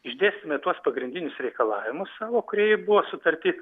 išdėstėme tuos pagrindinius reikalavimus savo kurie ir buvo sutarty